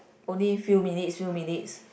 only few minutes few minutes